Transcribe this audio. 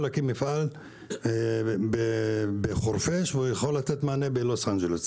להקים מפעל בחורפיש והוא יכול לתת מענה בלוס אנג'לס,